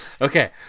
Okay